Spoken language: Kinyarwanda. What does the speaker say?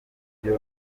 ibyo